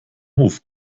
hof